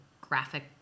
graphic